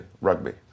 rugby